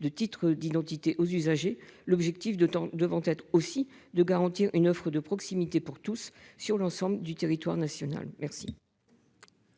de titres d'identité aux usagers. L'objectif de temps devant être aussi de garantir une offre de proximité pour tous sur l'ensemble du territoire national. Merci.